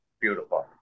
Beautiful